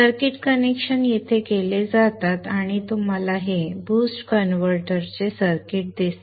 circuit connection येथे केले जातात आणि तुम्हाला हे बूस्ट कन्व्हर्टर चे सर्किट दिसते